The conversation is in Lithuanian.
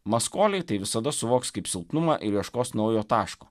maskoliai tai visada suvoks kaip silpnumą ir ieškos naujo taško